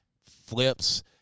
flips